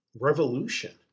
revolution